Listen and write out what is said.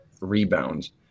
rebounds